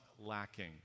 lacking